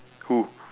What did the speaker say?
who